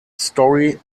story